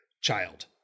child